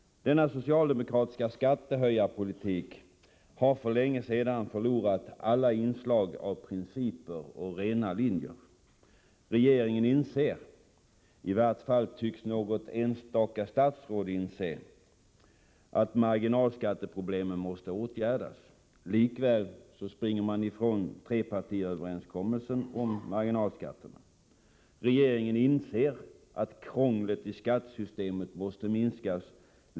Denna socialdemokratiska skattehöjarpolitik har för länge sedan förlorat alla inslag av principer och rena linjer. Regeringen inser — i varje fall tycks något enstaka statsråd inse — att marginalskatteproblemen måste åtgärdas. Likväl springer man ifrån trepartiöverenskommelsen om marginalskatterna. Regeringen inser att krånglet i skattesystemet måste minskas.